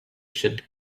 should